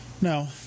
No